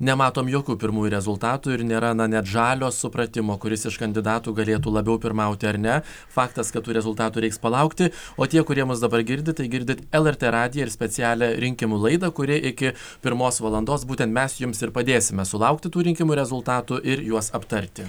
nematom jokių pirmųjų rezultatų ir nėra net žalio supratimo kuris iš kandidatų galėtų labiau pirmauti ar ne faktas kad tų rezultatų reiks palaukti o tie kurie mus dabar girdite girdit lrt radiją ir specialią rinkimų laidą kuri iki pirmos valandos būtent mes jums ir padėsime sulaukti tų rinkimų rezultatų ir juos aptarti